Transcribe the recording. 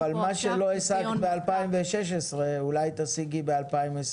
--- אבל מה שלא השגת ב-2016 אולי תשיגי ב-2021.